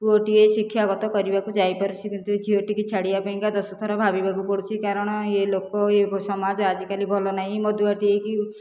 ପୁଅ ଟିଏ ଶିକ୍ଷାଗତ କରିବାକୁ ଯାଇପାରୁଛି କିନ୍ତୁ ଝିଅଟିକୁ ଛାଡ଼ିବା ପାଇଁ କା ଦଶ ଥର ଭାବିବାକୁ ପଡ଼ୁଛି କାରଣ ଏ ଲୋକ ଏ ସମାଜ ଆଜିକାଲି ଭଲ ନାହିଁ ମଦୁଆ ଟିଏ କି